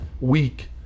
weak